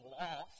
lost